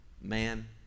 man